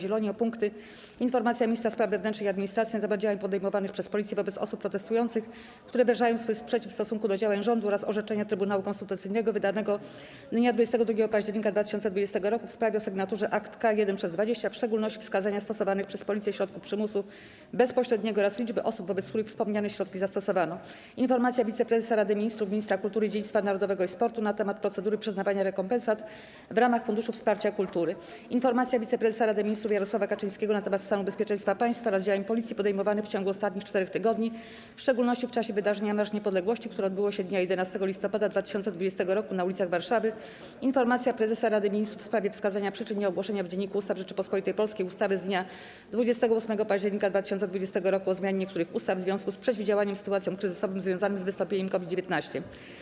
Zieloni o punkty: - Informacja Ministra Spraw Wewnętrznych i Administracji na temat działań podejmowanych przez Policję wobec osób protestujących, które wyrażają swój sprzeciw w stosunku do działań rządu oraz orzeczenia Trybunału Konstytucyjnego wydanego dnia 22 października 2020 r. w sprawie o sygn. akt K 1/20, w szczególności wskazania stosowanych przez Policję środków przymusu bezpośredniego oraz liczby osób, wobec których wspomniane środki zastosowano, - Informacja Wiceprezesa Rady Ministrów, Ministra Kultury, Dziedzictwa Narodowego i Sportu na temat procedury przyznawania rekompensat w ramach Funduszu Wsparcia Kultury, - Informacja Wiceprezesa Rady Ministrów Jarosława Kaczyńskiego na temat stanu bezpieczeństwa państwa oraz działań Policji podejmowanych w ciągu ostatnich czterech tygodni, w szczególności w czasie wydarzenia Marsz Niepodległości, które odbyło się dnia 11 listopada 2020 r. na ulicach Warszawy, - Informacja Prezesa Rady Ministrów w sprawie wskazania przyczyn nieogłoszenia w Dzienniku Ustaw Rzeczypospolitej Polskiej ustawy z dnia 28 października 2020 r. o zmianie niektórych ustaw w związku z przeciwdziałaniem sytuacjom kryzysowym związanym z wystąpieniem COVID-19.